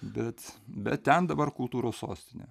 bet bet ten dabar kultūros sostinė